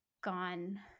gone